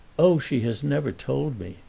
oh, she has never told me,